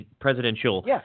presidential